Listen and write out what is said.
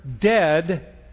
dead